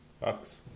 Bucks